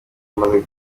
amaze